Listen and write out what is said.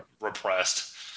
repressed